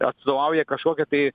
atstovauja kažkokią tai